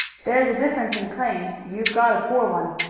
there's a difference in claims. you've got a poor one.